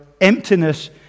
emptiness